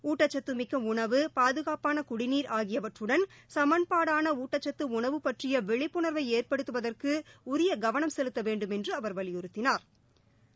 ஊட்டச்சத்தமிக்க உணவு பாதுகாப்பான குடிநீர் ஆகியவற்றடன் சமன்பாடான ஊட்டச்சத்து உணவு பற்றிய விழிப்புணா்வை ஏற்படுத்துவதற்கு உரிய கவனம் செலுத்த வேண்டுமென்று அவா் வலியுறுத்தினாா்